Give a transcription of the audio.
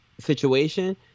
situation